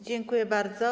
Dziękuję bardzo.